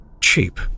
Cheap